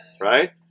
right